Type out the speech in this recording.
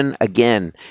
again